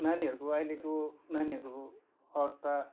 नानीहरूको अहिलेको नानीहरूको अवस्था